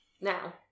now